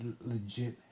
legit